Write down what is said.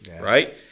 right